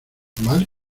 vale